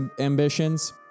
ambitions